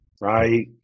right